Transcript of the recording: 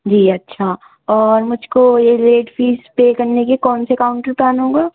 جی اچھا اور مجھ کو یہ لیٹ فیس پے کرنے کے کون سے کاؤنٹر پہ آنا ہوگا